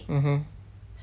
mmhmm